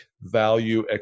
value